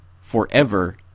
forever